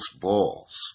balls